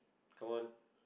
come on